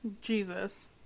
Jesus